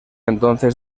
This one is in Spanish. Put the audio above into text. entonces